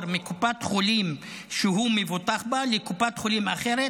מקופת חולים שהוא מבוטח בה לקופת חולים אחרת.